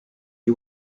you